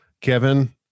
kevin